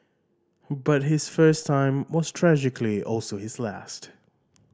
but his first time was tragically also his last